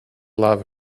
love